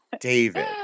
David